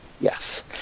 Yes